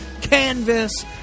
Canvas